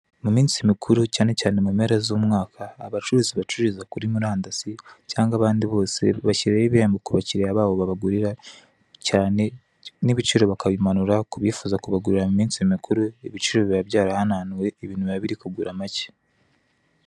Mu minsi mikuru, cyane cyane mu mpera z'umwaka, abacuruzi bacururiza kuri murandasi cyangwa abandi bose bashyiraho ibihembo ku bakiriya babo babagurira, cyane, n'ibiciro bakabimanura, ku bifuza kubagurira mu minsi mikuru, ibiciro biba byarahanantuwe, ibintu biba biri kugura make.